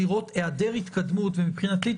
לראות היעדר התקדמות ומבחינתי,